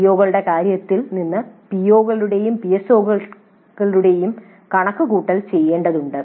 സിഒകളുടെ നേട്ടത്തിൽ നിന്ന് പിഒകളുടെയും പിഎസ്ഒകളുടെയും കണക്കുകൂട്ടൽ ചെയ്യേണ്ടതുണ്ട്